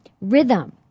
Rhythm